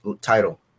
title